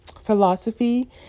philosophy